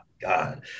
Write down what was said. God